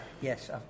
Yes